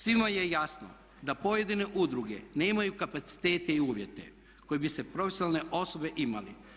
Svima je jasno da pojedine udruge nemaju kapacitete i uvjete koji bi profesionalne osobe imale.